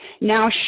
now